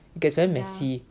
it gets very messy